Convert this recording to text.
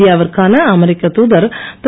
இந்தியாவிற்கான அமெரிக்க தூதர் திரு